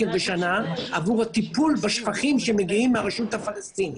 בשנה עבור הטיפול בשפכים שמגיעים מהרשות הפלסטינית.